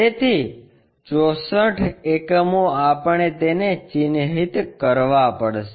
તેથી 64 એકમો આપણે તેને ચિહ્નિત કરવા પડશે